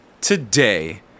today